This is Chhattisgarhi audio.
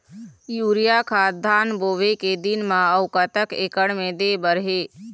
यूरिया खाद धान बोवे के दिन म अऊ कतक एकड़ मे दे बर हे?